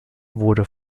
wurde